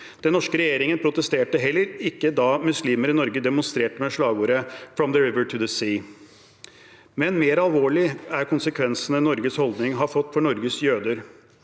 Den norske regjeringen protesterte heller ikke da muslimer i Norge demonstrerte med slagordet «from the river to the sea». Men mer alvorlig er konsekvensene Norges holdning har fått for Norges jøder.